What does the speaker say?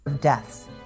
...deaths